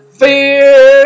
fear